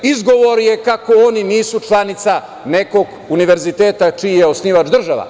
Izgovor je kako oni nisu članica nekog univerziteta čiji je osnivač država.